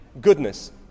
goodness